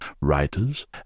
writers